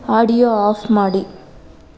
audio off ಮಾಡಿ